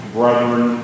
brethren